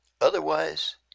Otherwise